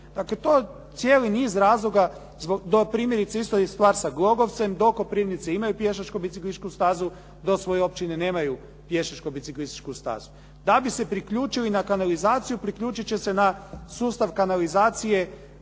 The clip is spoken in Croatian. Dakle, to cijeli niz razloga, primjerice isto je stvar sa Glogovcem. Do Koprivnice imaju pješačko-biciklističku stazu, do svoje općine nemaju pješačko-biciklističku stazu. Da bi se priključili na kanalizaciju priključit će se na sustav kanalizacije